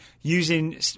using